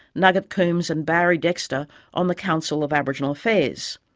nugget coombs and barry dexter on the council of aboriginal affairs.